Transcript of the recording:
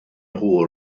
nhw